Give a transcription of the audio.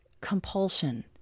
compulsion